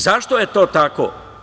Zašto je to tako?